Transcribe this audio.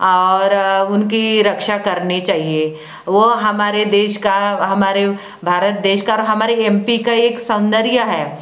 और उनकी रक्षा करनी चाहिए वो हमारे देश का हमारे भारत देश का हमारे एम पी का एक सौन्दर्य है